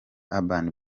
urban